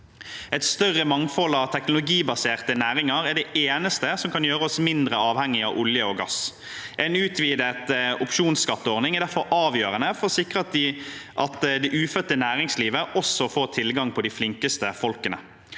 Et større mangfold av teknologibaserte næringer er det eneste som kan gjøre oss mindre avhengig av olje og gass. En utvidet opsjonsskatteordning er derfor avgjørende for å sikre at det ufødte næringslivet også får tilgang på de flinkeste folkene.